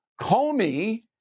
Comey